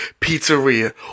pizzeria